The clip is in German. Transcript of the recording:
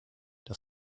der